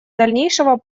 дальнейшего